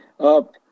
up